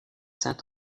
saint